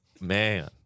man